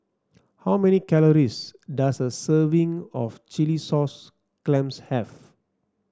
how many calories does a serving of Chilli Sauce Clams have